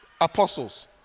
apostles